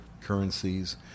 currencies